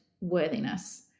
worthiness